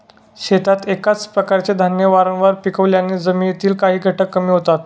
शेतात एकाच प्रकारचे धान्य वारंवार पिकवल्याने जमिनीतील काही घटक कमी होतात